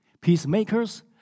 Peacemakers